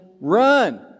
run